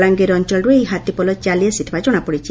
ବଲାଙ୍ଗୀର ଅଅଳରୁ ଏହି ହାତୀପଲ ଚାଲି ଆସିଥିବା ଜଶାପଡିଛି